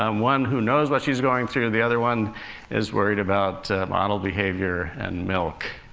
um one who knows what she's going through the other one is worried about model behavior and milk.